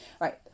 Right